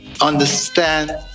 understand